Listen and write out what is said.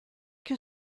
que